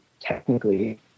technically